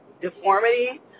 deformity